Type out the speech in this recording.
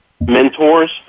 mentors